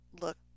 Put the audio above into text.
look